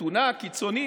מתונה או קיצונית.